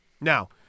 Now